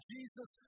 Jesus